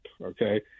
Okay